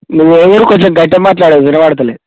మీదే ఊరు కొంచెం గట్టిగ మాట్లాడు వినపడుటలేదు